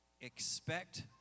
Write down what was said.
expect